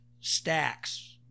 stacks